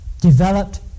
developed